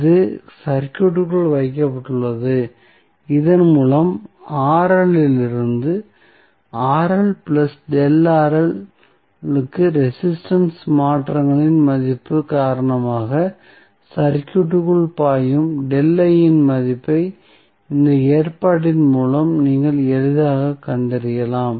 இது சர்க்யூட் க்குள் வைக்கப்பட்டுள்ளது இதன் மூலம் இலிருந்து க்கு ரெசிஸ்டன்ஸ் மாற்றங்களின் மதிப்பு காரணமாக சர்க்யூட் க்குள் பாயும் இன் மதிப்பை இந்த ஏற்பாட்டின் மூலம் நீங்கள் எளிதாகக் கண்டறியலாம்